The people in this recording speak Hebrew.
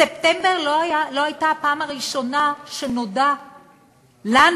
ספטמבר לא היה הפעם הראשונה שנודע לנו,